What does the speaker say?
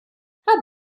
how